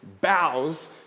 bows